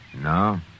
No